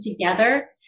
together